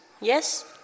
Yes